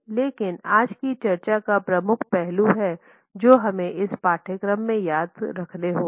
लेकिन आज की चर्चा का प्रमुख पहलू हैं जो हमें इस पाठ्यक्रम में याद रखने होंगे